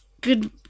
good